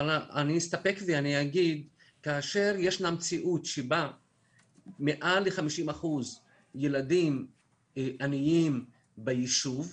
אני אסתפק ואני אגיד שכאשר יש מציאות שבה מעל ל-50% ילדים עניים ביישוב,